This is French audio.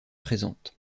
présente